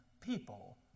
people